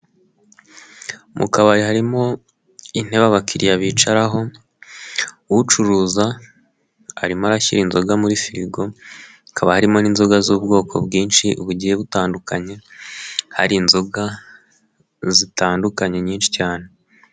Mu kabari harimo intebe abakiriya bicaraho, ucuruza arimo arashyira inzoga muri firigo, hakaba harimo izoga z'ubwoko bwinshi bugiye butandukanye, hari inzoga zitandukanye nyinshi cyane.